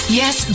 yes